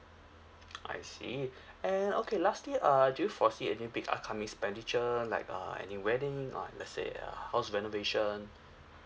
I see and okay lastly err do you foresee big upcoming expenditure like uh any wedding or let's say uh house renovation